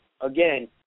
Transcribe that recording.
again